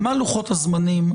מה לוחות-הזמנים?